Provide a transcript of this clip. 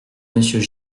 monsieur